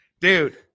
Dude